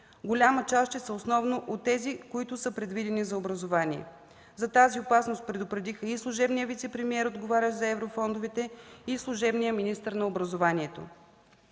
Голяма част ще са основно от тези, които са предвидени за образование. За тази опасност предупредиха и служебният вицепремиер, отговарящ за еврофондовете, и служебният министър на образованието.